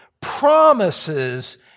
promises